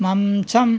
మంచం